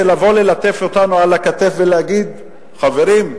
של לבוא ללטף אותנו על הכתף ולהגיד: חברים,